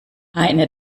eine